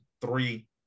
three